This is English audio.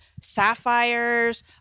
sapphires